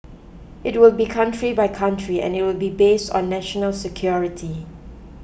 it will be country by country and it will be based on national security